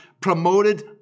promoted